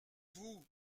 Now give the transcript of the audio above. vous